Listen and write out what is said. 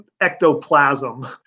ectoplasm